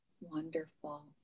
Wonderful